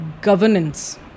governance